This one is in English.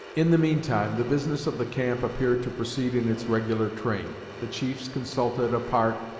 in the mean time the business of the camp appeared to proceed in its regular train. the chiefs consulted apart,